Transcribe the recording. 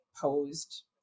posed